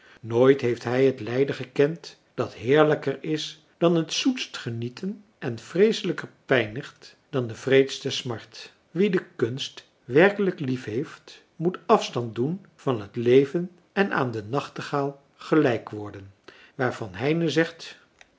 nooit heeft hij het lijden gekend dat heerlijker is dan het zoetst genieten en vreeselijker pijnigt dan de wreedste smart wie de kunst werkelijk liefheeft moet afstand doen van het leven en aan de nachtegaal gelijk worden waarvan heine zegt